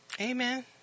Amen